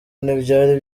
ntibyari